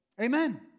Amen